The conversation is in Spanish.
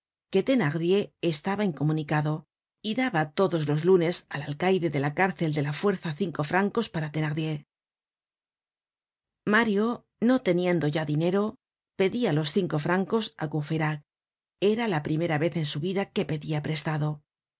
que thenardier estaba incomunicado y daba todos los lunes al alcaide de la cárcel de la fuerza cinco francos para thenardier mario no teniendo ya dinero pedia los cinco francos á courfeyrac era la primera vez en su vida que pedia prestado